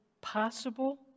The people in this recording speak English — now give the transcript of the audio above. possible